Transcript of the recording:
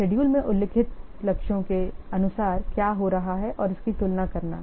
schedule में उल्लिखित लक्ष्यों के अनुसार क्या हो रहा है और इसकी तुलना करना